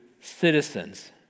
citizens